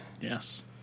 Yes